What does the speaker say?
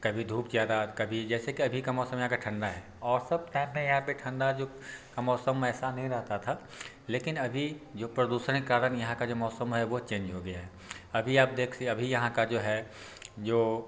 कभी धूप ज़्यादा त कभी जैसे कि अभी का मौसम यहाँ का ठण्डा है और सब टाइम में यहाँ पर ठण्डा जो का मौसम ऐसा नहीं रहता था लेकिन अभी जो प्रदूषण के कारण यहाँ का जो मौसम है वह चेंज हो गया है अभी आप देख स अभी यहाँ का जो है जो